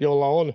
jolla on —